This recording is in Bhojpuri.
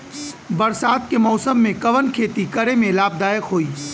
बरसात के मौसम में कवन खेती करे में लाभदायक होयी?